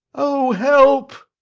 o, help!